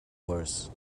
worse